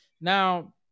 Now